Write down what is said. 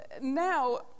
now